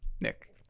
nick